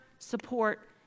support